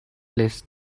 list